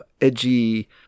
edgy